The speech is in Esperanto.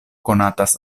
konatas